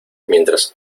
mientras